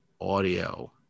audio